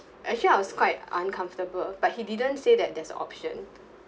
actually I was quite uncomfortable but he didn't say that there's option